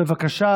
בבקשה,